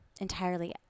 entirely